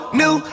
new